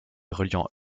reliant